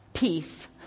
Peace